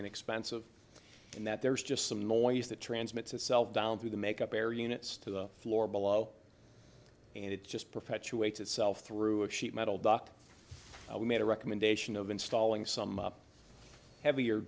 inexpensive and that there's just some noise that transmits itself down through the make up air units to the floor below and it just perpetuates itself through a sheet metal duct we made a recommendation of installing some heavier